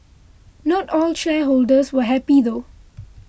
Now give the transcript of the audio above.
not all shareholders were happy though